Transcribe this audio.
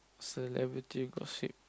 celebrity gossip